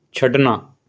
ਛੱਡਣਾ